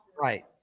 Right